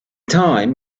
time